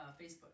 Facebook